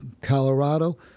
Colorado